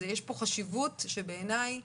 יש פה חשיבות שבעיני,